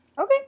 Okay